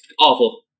awful